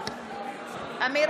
(קוראת בשמות חברי הכנסת) אמיר